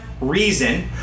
reason